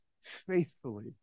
faithfully